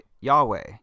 Yahweh